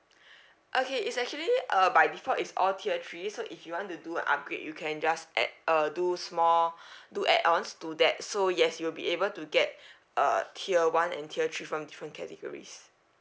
okay it's actually uh by default it's all tier three so if you want to do an upgrade you can just add uh do small do add ons to that so yes you'll be able to get uh tier one and tier three from different categories